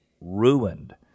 ruined